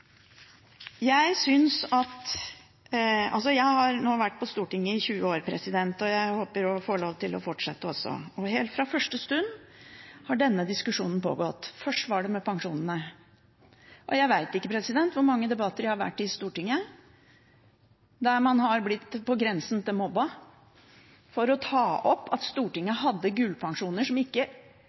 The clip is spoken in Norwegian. Jeg har nå vært på Stortinget i 20 år, og jeg håper å få lov til å fortsette også. Helt fra første stund har denne diskusjonen pågått. Først var det med pensjonene. Og jeg vet ikke hvor mange debatter jeg har vært i på Stortinget der man har blitt på grensen til mobbet for å ta opp at Stortinget hadde gullpensjoner som ikke